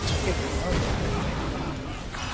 किञ्चित् न करोतु अहं